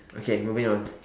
okay moving on